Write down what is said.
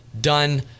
done